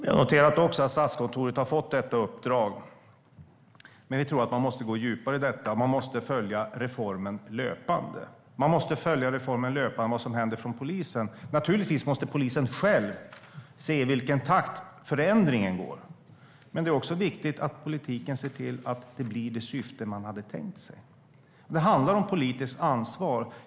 Herr talman! Vi noterar också att Statskontoret har fått detta uppdrag, men vi tror att man måste gå in djupare i detta och följa reformen löpande med vad som händer inom polisen. Naturligtvis måste polisen själv se i vilken takt förändringen går, men det är också viktigt att politikerna ser till att resultatet blir det tänkta syftet. Det handlar om att ta politiskt ansvar.